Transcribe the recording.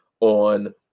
on